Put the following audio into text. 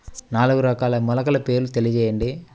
నాలుగు రకాల మొలకల పేర్లు తెలియజేయండి?